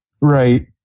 Right